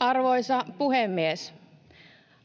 Arvoisa puhemies!